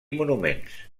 monuments